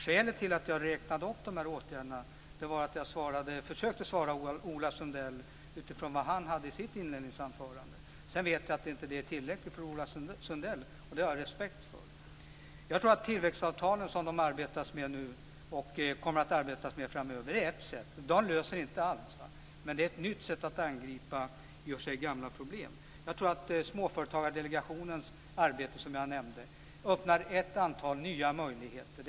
Skälet till att jag räknade upp åtgärderna var att jag försökte svara Ola Sundell utifrån vad han tog upp i sitt inledningsanförande. Jag vet att det inte är tillräckligt för Ola Sundell, och det har jag respekt för. Jag tror att tillväxtavtalen som man nu arbetar med och som man kommer att arbeta med framöver är ett sätt. De löser inte allt. Men det är ett nytt sätt att angripa i och för sig gamla problem. Jag nämnde Småföretagsdelegationens arbete. Det öppnar ett antal nya möjligheter.